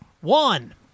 One